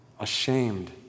ashamed